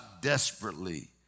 desperately